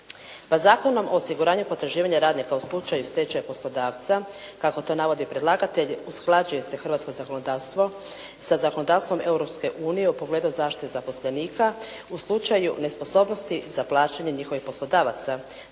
Pa Zakonom o osiguranju potraživanja radnika u slučaju stečaja poslodavca kako to navodi predlagatelj usklađuje se hrvatsko zakonodavstvo sa zakonodavstvom Europske unije u pogledu zaštite zaposlenika u slučaju nesposobnosti za plaćanje njihovih poslodavaca.